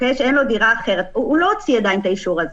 שאין לו דירה אחרת הוא עדיין לא הוציא את האישור הזה.